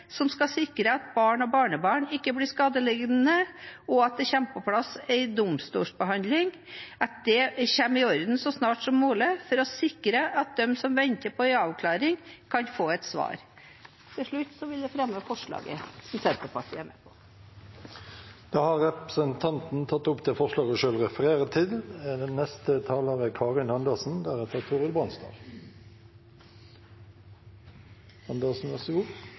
som skal sikre at barn og barnebarn ikke blir skadelidende, og en domstolsbehandling, kommer på plass så snart som mulig, for å sikre at de som venter på en avklaring, kan få et svar. Til slutt vil jeg fremme forslaget som Senterpartiet er med på. Da har representanten Heidi Greni tatt opp det forslaget hun refererte til. Statsborgerskap er en veldig viktig sak for folk, og for dem som skal bo i Norge lenge, er